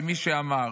למי שאמר,